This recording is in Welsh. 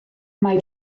mae